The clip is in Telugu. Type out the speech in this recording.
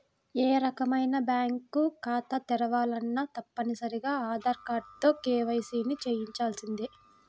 ఏ రకమైన బ్యేంకు ఖాతా తెరవాలన్నా తప్పనిసరిగా ఆధార్ కార్డుతో కేవైసీని చెయ్యించాల్సిందే